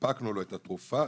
ניפקנו לו את התרופה,